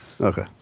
Okay